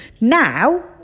now